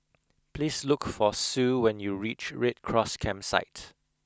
please look for Sue when you reach Red Cross Campsite